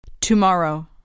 Tomorrow